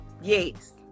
yes